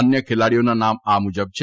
અન્ય ખેલાડીઓના નામ આ મુજબ છે